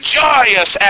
joyous